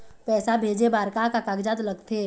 पैसा भेजे बार का का कागजात लगथे?